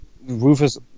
Rufus